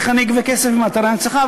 איך אני אגבה כסף מאתרי הנצחה?